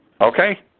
Okay